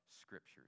scriptures